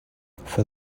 for